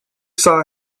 saw